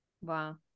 wow